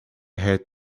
had